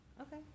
Okay